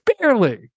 barely